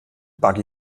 buggy